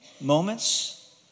moments